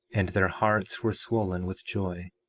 and their hearts were swollen with joy,